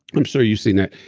i'm sure you've seen that.